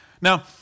Now